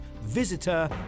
visitor